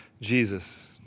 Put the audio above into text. Jesus